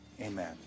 Amen